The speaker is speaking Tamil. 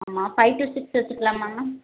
ஆமாம் ஃபை டு சிக்ஸ் வைச்சிக்கலாமா மேம்